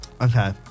Okay